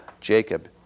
Jacob